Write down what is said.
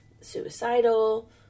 suicidal